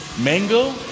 Mango